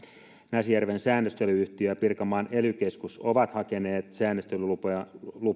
näsijärven säännöstely yhtiö ja pirkanmaan ely keskus ovat hakeneet säännöstelylupiin